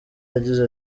yagize